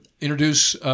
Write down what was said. introduce –